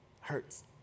Hurts